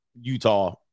Utah